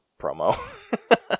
promo